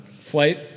Flight